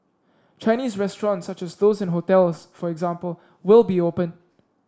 Chinese restaurants such as those in hotels for example will be open